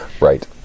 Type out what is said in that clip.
Right